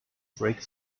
break